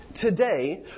today